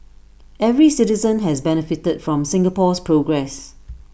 every citizen has benefited from Singapore's progress